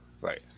Right